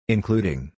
Including